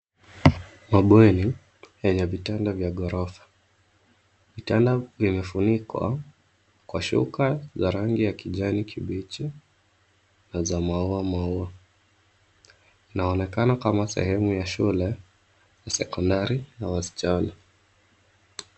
Mabweni yenye vitanda vya ghorofa. Vitanda vimefunikwa kwa shuka za rangi ya kijani kibichi na za maua maua. Inaonekana kama sehemu ya shule ni sekondari ya wasichana.